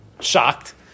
shocked